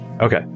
Okay